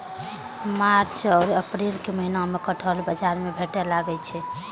मार्च आ अप्रैलक महीना मे कटहल बाजार मे भेटै लागै छै